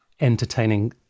entertaining